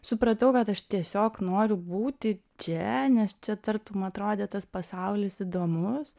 supratau kad aš tiesiog noriu būti čia nes čia tartum atrodė tas pasaulis įdomus